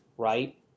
right